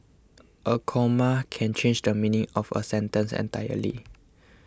a comma can change the meaning of a sentence entirely